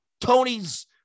Tony's